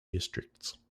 districts